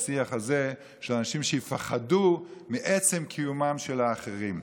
לשיח הזה ושאנשים יפחדו מעצם קיומם של האחרים.